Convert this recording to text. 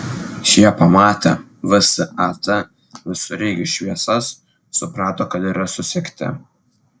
šie pamatę vsat visureigių šviesas suprato kad yra susekti